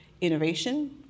innovation